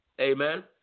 amen